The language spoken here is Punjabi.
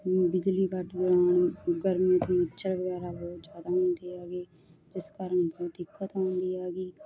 ਬਿਜਲੀ ਕੱਟ ਜਾਣ ਗਰਮੀ 'ਚ ਮੱਛਰ ਵਗੈਰਾ ਬਹੁਤ ਜ਼ਿਆਦਾ ਹੁੰਦੇ ਹੈਗਾ ਜਿਸ ਕਾਰਨ ਬਹੁਤ ਹੀ ਦਿੱਕਤ ਹੁੰਦਾ ਹੈਗੀ